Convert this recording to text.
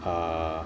err